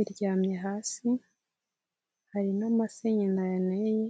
iryamye hasi hari n'amase nyina yaneye.